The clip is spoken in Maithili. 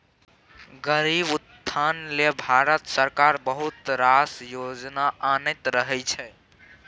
गरीबक उत्थान लेल भारत सरकार बहुत रास योजना आनैत रहय छै